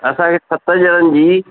असांखे सत ॼणनि जी